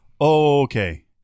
okay